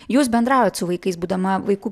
jūs bendraujat su vaikais būdama vaikų